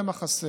ואומר: